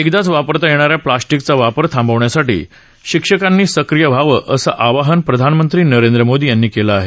एकदाच वापरता येणा या प्लास्टिकचा वापर थांबवण्यासाठी शिक्षकांनी सक्रीय व्हावं असा आवाहन प्रधानमंत्री नरेंद्र मोदी यांनी केलं आहे